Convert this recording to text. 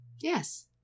Yes